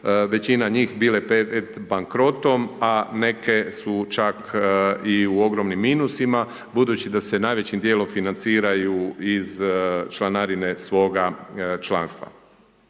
većina njih bile pred bankrotom, a neke su čak i u ogromnim minusima, budući da se najvećim dijelom financiraju iz članarina svoga članstva.